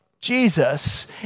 Jesus